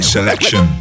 Selection